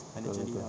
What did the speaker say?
mm okay